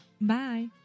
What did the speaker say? Bye